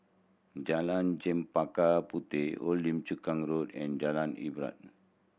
Jalan Chempaka Puteh Old Lim Chu Kang Road and Jalan Ibadat